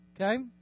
okay